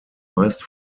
meist